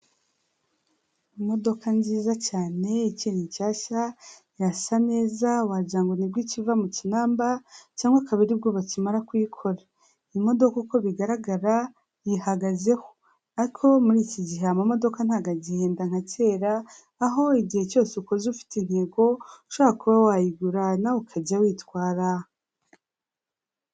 Imodoka nziza cyane, ikiri nshyashya, irasa neza wagira ngo ngo nibwo ikiva mu kinamba, cyangwa akaba aribwo bakimara kuyikora, imodoka uko bigaragara yihagazeho, ariko muri iki gihe ama modoka ntago agihenda nka kera, aho igihe cyose ukoze ufite intego, ushobora kuba wayigura, nawe ukajya witwara.